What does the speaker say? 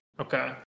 Okay